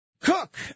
Cook